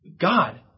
God